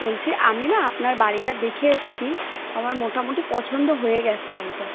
বলছি আমি না আপনার বাড়িটা দেখে এসছি আমার মোটামুটি পছন্দ হয়ে গেছে বাড়িটা